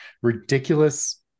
ridiculous